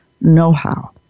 know-how